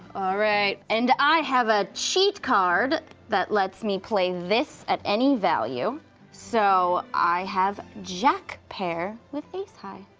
alright, and i have a cheat card that lets me play this at any value so i have jack pair with ace high.